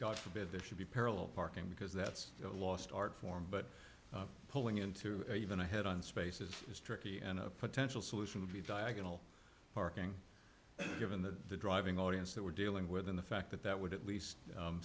god forbid there should be parallel parking because that's a lost art form but pulling into even a head on spaces is tricky and a potential solution would be diagonal parking given the driving audience that we're dealing with in the fact that that would at least